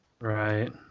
Right